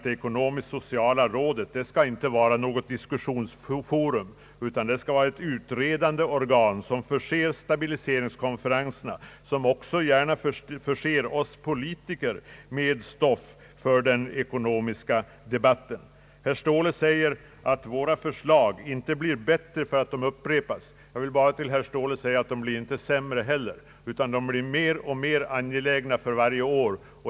Det ekonomiskt-sociala rådet skall icke vara ett diskussionsforum utan ett utredande organ som förser stabiliseringskonferenserna och även gärna oss politiker med stoff för den ekonomiska debatten. Herr Ståhle säger att våra förslag inte blir bättre därför att de upprepas. De blir inte heller sämre, herr Ståhle, utan mer och mer angelägna för varje år.